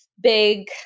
big